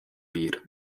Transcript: piir